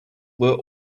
were